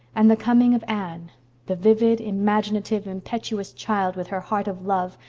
and the coming of anne the vivid, imaginative, impetuous child with her heart of love,